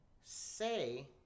say